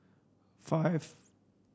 five